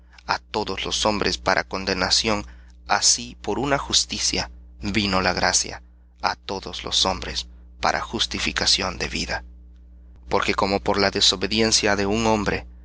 á todos los hombres para condenación así por una justicia á todos los hombres para justificación de vida porque como por la desobediencia de un hombre